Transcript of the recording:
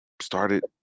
started